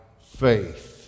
faith